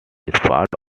part